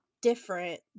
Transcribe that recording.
different